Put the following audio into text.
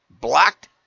blocked